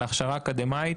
להכשרה אקדמאית.